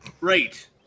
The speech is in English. Right